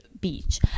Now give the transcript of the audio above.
beach